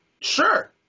sure